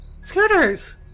scooters